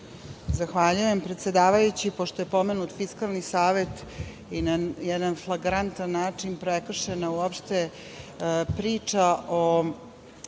Zahvaljujem, predsedavajući. Pošto je pomenut Fiskalni savet i na jedan flagrantan način prekršena uopšte priča o